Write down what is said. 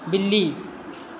ਬਿੱਲੀ